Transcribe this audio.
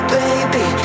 baby